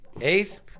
Ace